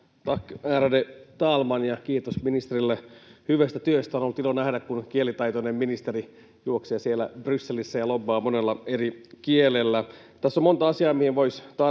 Kiitos ministerille hyvästä työstä. On ollut ilo nähdä, kun kielitaitoinen ministeri juoksee siellä Brysselissä ja lobbaa monella eri kielellä. Tässä on monta asiaa, mihin voisi tarttua.